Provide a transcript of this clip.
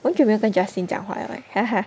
很久没有跟 Justin 讲话 liao leh